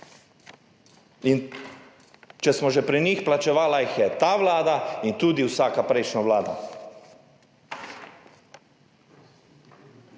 če smo že pri njih, plačevala jih je ta vlada in tudi vsaka prejšnja vlada.